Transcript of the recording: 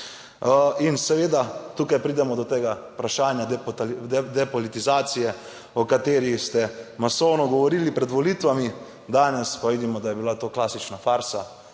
in seveda tukaj pridemo do tega vprašanja. Depolitizacije o kateri ste masovno govorili pred volitvami, danes pa vidimo, da je bila to klasična farsa,